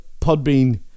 Podbean